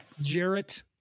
Jarrett